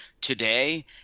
today